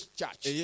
church